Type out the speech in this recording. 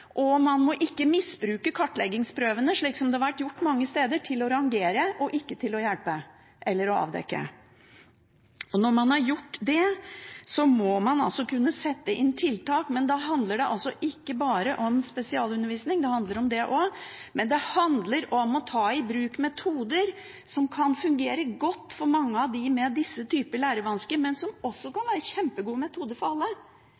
Og man må ikke misbruke kartleggingsprøvene – slik det har vært gjort mange steder – ved å rangere og ikke hjelpe eller avdekke. Når man har gjort det, må man kunne sette inn tiltak. Men det handler ikke bare om spesialundervisning – det handler om det også – men om å ta i bruk metoder som kan fungere godt for mange med disse typer lærevansker, men som også kan være kjempegode metoder overfor alle.